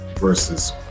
versus